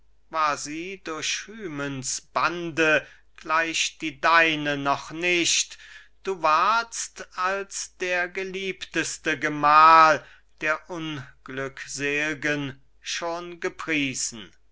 war sie durch hymens bande gleich die deine noch nicht du wardst als der geliebteste gemahl der unglücksel'gen schon gepriesen